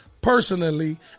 personally